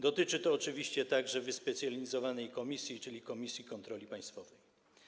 Dotyczy to oczywiście także wyspecjalizowanej komisji, czyli Komisji do Spraw Kontroli Państwowej.